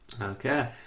Okay